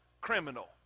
criminal